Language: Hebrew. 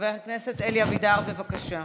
חבר הכנסת אלי אבידר, בבקשה.